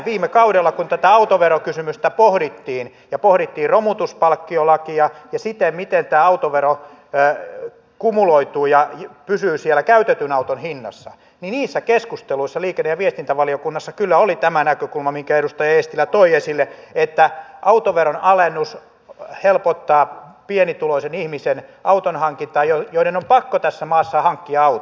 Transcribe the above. viime kaudella kun autoverokysymystä pohdittiin ja pohdittiin romutuspalkkiolakia ja sitä miten autovero kumuloituu ja pysyy siellä käytetyn auton hinnassa niin niissä keskusteluissa liikenne ja viestintävaliokunnassa kyllä oli tämä näkökulma minkä edustaja eestilä toi esille että autoveron alennus helpottaa pienituloisten ihmisten auton hankintaa joiden on pakko tässä maassa hankkia auto